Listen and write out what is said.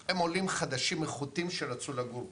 הם עולים חדשים ואיכותיים שרצו לגור פה,